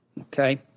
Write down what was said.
Okay